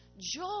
joy